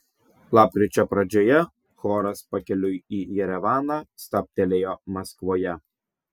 lapkričio pradžioje choras pakeliui į jerevaną stabtelėjo maskvoje